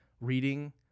reading